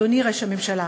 אדוני ראש הממשלה,